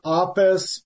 office